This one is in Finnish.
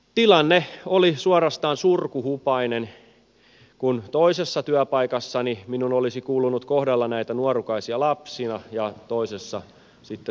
tilanne oli suorastaan surkuhupainen kun toisessa työpaikassani minun olisi kuulunut kohdella näitä nuorukaisia lapsina ja toisessa sitten täysi ikäisinä